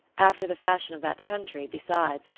after the fashion of that country, besides,